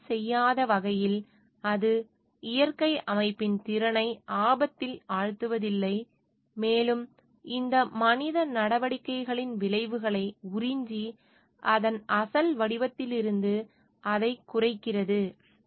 சமரசம் செய்யாத வகையில் அது இயற்கை அமைப்பின் திறனை ஆபத்தில் ஆழ்த்துவதில்லை மேலும் இந்த மனித நடவடிக்கைகளின் விளைவுகளை உறிஞ்சி அதன் அசல் வடிவத்திலிருந்து அதைக் குறைக்கிறது